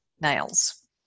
nails